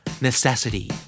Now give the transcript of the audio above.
necessity